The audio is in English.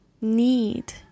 need